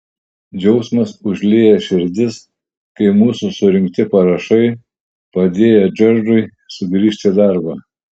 džiaugsmas užliejo širdis kai mūsų surinkti parašai padėjo džordžui sugrįžti į darbą